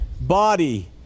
body